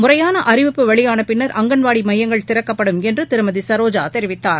முறையான அறிவிப்பு வெளியான பின்னா் அங்கன்வாடி மையங்கள் திறக்கப்படும் என்று திருமதி சரோஜா தெரிவித்தார்